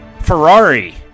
Ferrari